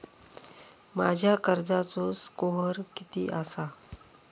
माझ्या कर्जाचो स्कोअर किती आसा?